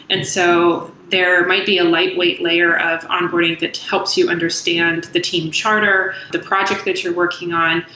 and so there might be a lightweight layer of onboarding that helps you understand the team charter, the project that you're working on,